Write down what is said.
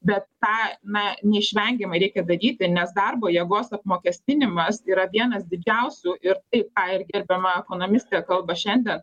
bet tą na neišvengiamai reikia daryti nes darbo jėgos apmokestinimas yra vienas didžiausių ir taip ką ir gerbiama ekonomistė kalba šiandien